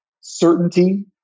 Certainty